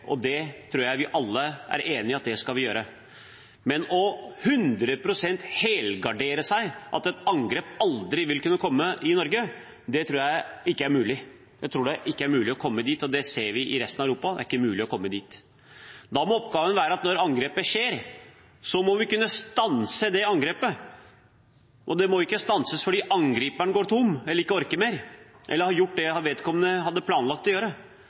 og det tror jeg vi alle er enige om at vi skal gjøre. Men å helgardere seg hundre prosent, slik at et angrep aldri vil kunne komme i Norge, tror jeg ikke er mulig. Jeg tror ikke det er mulig å komme dit. Det ser vi i resten av Europa – det er ikke mulig å komme dit. Da må oppgaven være at når angrepet skjer, må vi kunne stanse det – og ikke fordi angriperen går tom, ikke orker mer eller har gjort det vedkommende hadde planlagt å gjøre,